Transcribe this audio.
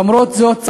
למרות זאת,